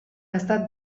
estat